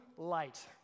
light